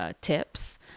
tips